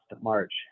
March